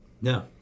No